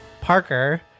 Parker